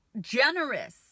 generous